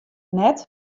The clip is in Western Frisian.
net